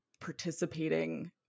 participating